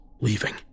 leaving